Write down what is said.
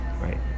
right